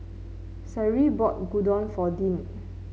Cyril bought Gyudon for Dean